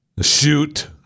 Shoot